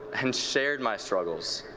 and shared my struggles,